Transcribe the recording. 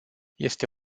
este